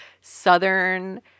southern